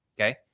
Okay